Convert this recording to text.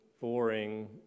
boring